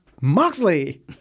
Moxley